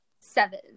Seven